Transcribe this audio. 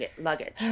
luggage